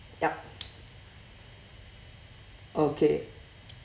yup okay